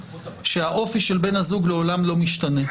זה שהאופי של בן הזוג לעולם לא משתנה.